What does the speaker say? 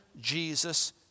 Jesus